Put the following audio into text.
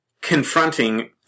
confronting